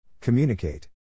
Communicate